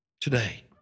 today